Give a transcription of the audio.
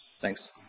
Thanks